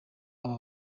aba